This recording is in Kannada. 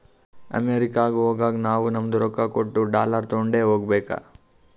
ಅಮೆರಿಕಾಗ್ ಹೋಗಾಗ ನಾವೂ ನಮ್ದು ರೊಕ್ಕಾ ಕೊಟ್ಟು ಡಾಲರ್ ತೊಂಡೆ ಹೋಗ್ಬೇಕ